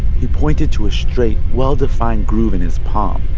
he pointed to a straight, well-defined groove in his palm,